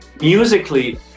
musically